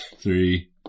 three